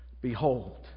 Behold